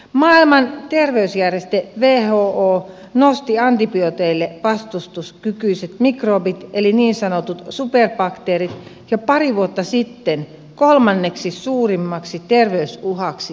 maailman terveysjärjestö who nosti antibiooteille vastustuskykyiset mikrobit eli niin sanotut superbakteerit jo pari vuotta sitten kolmanneksi suurimmaksi terveysuhaksi maailmassa